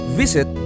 visit